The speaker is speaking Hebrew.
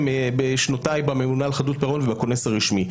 בשנותיי בממונה על חדלות פירעון ובכונס הרשמי.